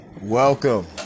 Welcome